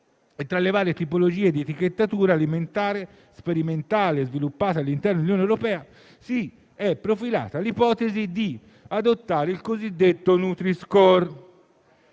e, tra le varie tipologie di etichettatura alimentare sperimentate e sviluppate all'interno dell'Unione europea, si è profilata l'ipotesi di adottare il cosiddetto «Nutri-score»;